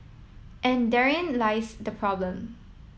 and therein lies the problem